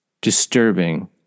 disturbing